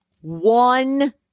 one